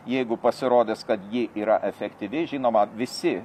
jeigu pasirodys kad ji yra efektyvi žinoma visi